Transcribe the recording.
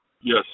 Yes